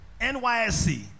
NYSC